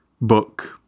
book